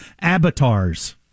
avatars